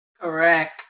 Correct